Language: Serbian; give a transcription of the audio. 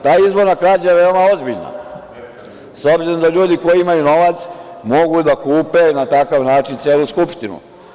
Ta izborna krađa je veoma ozbiljna, s obzirom da ljudi koji imaju novac mogu da kupe na takav način celu Skupštinu.